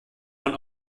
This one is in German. von